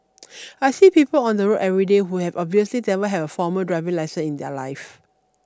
I see people on the road everyday who have obviously never have a formal driving lesson in their life